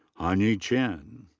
hanyi chen.